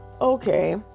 okay